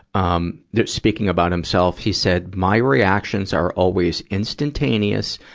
um speaking about himself he said, my reactions are always instantaneous,